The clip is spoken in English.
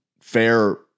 fair